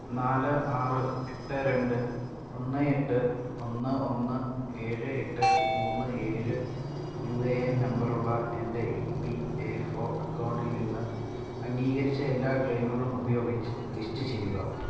നാല് ആറ് എട്ട് രണ്ട് ഒന്ന് എട്ട് ഒന്ന് ഒന്ന് ഏഴ് എട്ട് മൂന്ന് ഏഴ് യു എ എൻ നമ്പറുള്ള എൻ്റെ ഇ പി എഫ് ഒ അക്കൗണ്ടിൽ നിന്ന് അംഗീകരിച്ച എല്ലാ ക്ലെയിമുകളും ഉപയോഗിച്ച് ലിസ്റ്റ് ചെയ്യുക